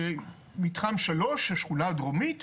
מתחם שלוש שהיא שכונה דרומית,